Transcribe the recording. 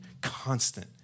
constant